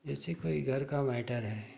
जैसे कोई घर का मैटर है